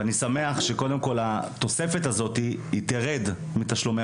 אני שמח שהתוספת הזאת תרד מתשלומי